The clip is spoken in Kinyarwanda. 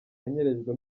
yanyerejwe